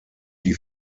die